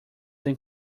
than